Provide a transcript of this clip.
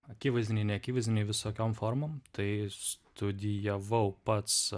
akivaizdiniai neakivaizdiniai visokiom formom tai studijavau pats